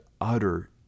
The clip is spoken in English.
utter